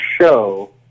show